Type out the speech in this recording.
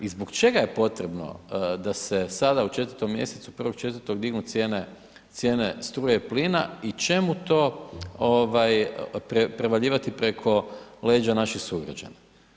I zbog čega je potrebno, da se sada u 4. mjesecu, 1.4. dignu cijene struje i plina i čemu to prevaljivati preko leđa naših sugrađana.